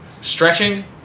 Stretching